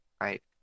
right